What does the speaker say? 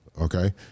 okay